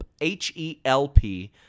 H-E-L-P